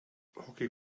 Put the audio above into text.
hockey